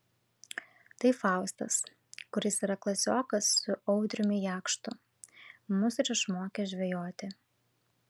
tai faustas kuris yra klasiokas su audriumi jakštu mus ir išmokė žvejoti